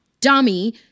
dummy